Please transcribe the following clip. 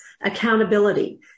accountability